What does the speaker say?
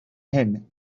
hyn